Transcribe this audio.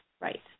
right